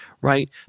right